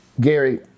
Gary